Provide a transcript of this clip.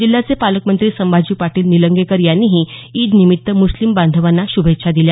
जिल्ह्याचे पालकमंत्री संभाजी पाटील निलंगेकर यांनीही ईदनिमित्त मुस्लिम बांधवांना शुभेच्छा दिल्या